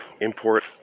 import